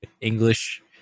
English